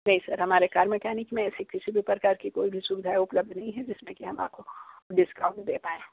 नहीं सर हमारे car mechanic में ऐसी किसी भी प्रकार की कोई भी सुविधा उपलब्ध नहीं है जिस में की हम आपको डिस्काउंट दे पाएं